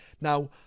now